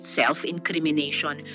self-incrimination